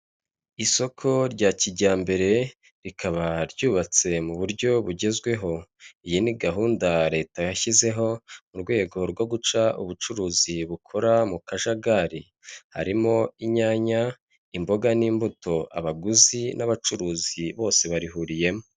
Isoko rya kijyambere rikaba ryubatse mu buryo bugezweho, iyi ni gahunda leta yashyizeho mu rwego rwo guca ubucuruzi bukora mu kajagari, harimo inyanya, imboga, n'imbuto, abaguzi n'abacuruzi bose barihuriyemo,